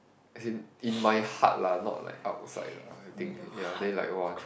as in in my heart lah not like outside lah I think ya then like !wah!